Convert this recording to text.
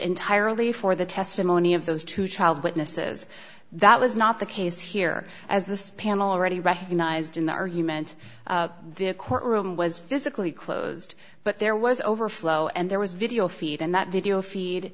entirely for the testimony of those two child witnesses that was not the case here as this panel already recognized in the argument the courtroom was physically closed but there was overflow and there was video feed and that video feed